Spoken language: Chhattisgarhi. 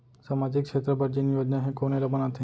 सामाजिक क्षेत्र बर जेन योजना हे कोन एला बनाथे?